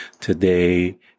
today